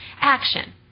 action